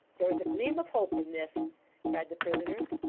there is a gleam of hope in this cried the prisoner.